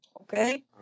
Okay